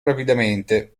rapidamente